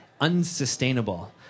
unsustainable